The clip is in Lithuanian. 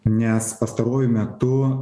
nes pastaruoju metu